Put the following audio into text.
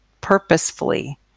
purposefully